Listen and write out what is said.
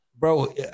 Bro